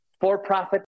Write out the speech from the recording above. for-profit